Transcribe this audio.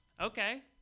Okay